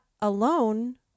alone